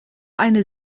eine